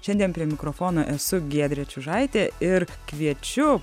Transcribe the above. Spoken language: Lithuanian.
šiandien prie mikrofono esu giedrė čiužaitė ir kviečiu